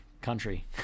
country